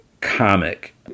comic